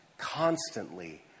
constantly